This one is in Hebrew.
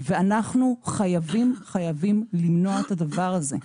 ואנחנו חייבים למנוע את הדבר הזה.